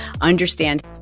understand